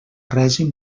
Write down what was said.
règim